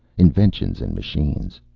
inventions and machines.